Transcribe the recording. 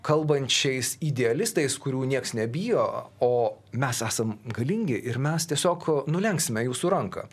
kalbančiais idealistais kurių nieks nebijo o mes esam galingi ir mes tiesiog nulenksime jūsų ranką